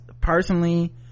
personally